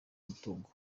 umutungo